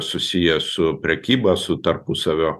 susiję su prekyba su tarpusavio